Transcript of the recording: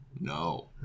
No